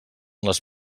les